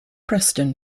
preston